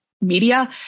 media